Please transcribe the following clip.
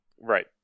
Right